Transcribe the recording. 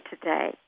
today